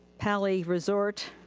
paley resort,